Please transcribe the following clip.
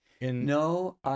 No